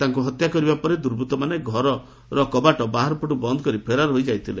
ତାଙ୍କୁ ହତ୍ୟା କରିବା ପରେ ଦୁର୍ବ୍ରଭମାନେ ଘରର କବାଟ ବାହାର ପଟୁ ବନ୍ଦ୍ କରି ଫେରାର ହୋଇଯାଇଥିଲେ